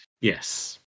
yes